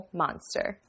monster